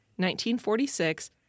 1946